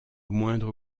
moindre